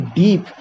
deep